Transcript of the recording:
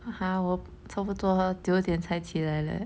!huh! 我差不多九点才起来 leh